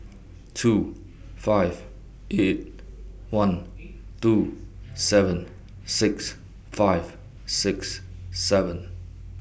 two five eight one two seven six five six seven